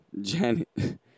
Janet